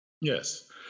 Yes